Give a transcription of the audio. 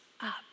up